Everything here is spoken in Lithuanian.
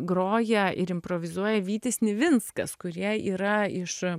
groja ir improvizuoja vytis nivinskas kurie yra iš